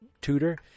tutor